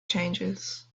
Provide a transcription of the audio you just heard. changes